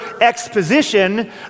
exposition